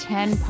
Ten